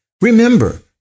Remember